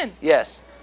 Yes